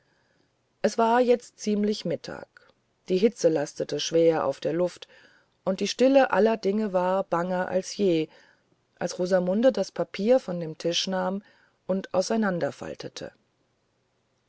es war jetzt ziemlich mittag die hitze lastete schwerer auf der luft und die stille aller dinge war banger als je als rosamunde das papier von dem tische nahm und